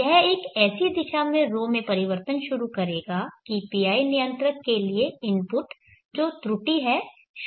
यह एक ऐसी दिशा में ρ में परिवर्तन शुरू करेगा कि PI नियंत्रक के लिए इनपुट जो त्रुटि है 0 पर जाएगा